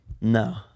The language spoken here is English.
No